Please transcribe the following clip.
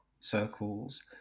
circles